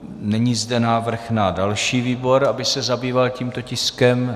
Není zde návrh na další výbor, aby se zabýval tímto tiskem.